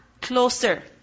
closer